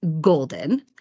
golden